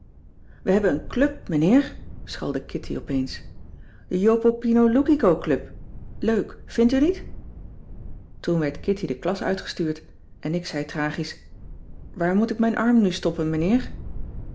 we hebben een club meneer schalde kitty opeens de jopopinoloukicoclub leuk vind u niet toen werd kitty de klas uitgestuurd en ik zei tragisch waar moet ik mijn arm nu stoppen meneer